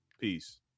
peace